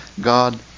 God